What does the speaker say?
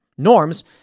norms